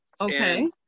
Okay